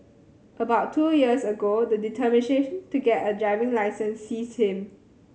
about two years ago the determination to get a driving licence seized him